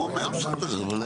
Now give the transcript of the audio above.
הוא אומר, בסדר.